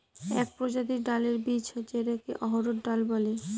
এক প্রজাতির ডালের বীজ যেটাকে অড়হর ডাল বলে